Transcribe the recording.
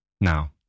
Now